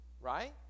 right